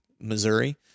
Missouri